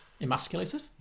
Emasculated